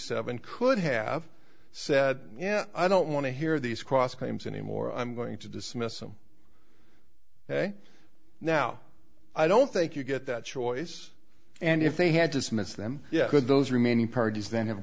seven could have said yeah i don't want to hear these cross claims anymore i'm going to dismiss them ok now i don't think you get that choice and if they had dismissed them yeah could those remaining parties then have